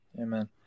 Amen